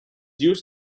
used